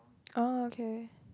oh okay